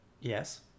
Yes